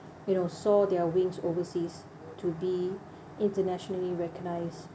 you know saw their wings overseas to be internationally recognised